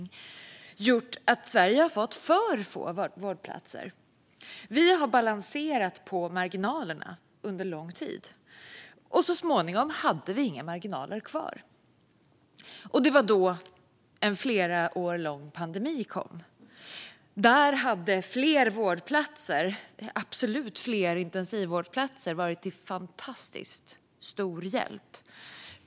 Det har inneburit att Sverige nu har för få vårdplatser. Vi har balanserat på marginalerna under lång tid. Så småningom var det inga marginaler kvar. Det var då en flera år lång pandemi uppstod. Där hade fler vårdplatser och absolut fler intensivvårdsplatser varit till fantastiskt stor hjälp.